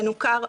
מנוכר,